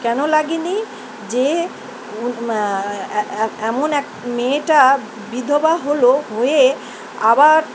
কেন লাগেনি যে এমন এক মেয়েটা বিধবা হল হয়ে আবার